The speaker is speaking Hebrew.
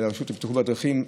של הרשות לבטיחות בדרכים.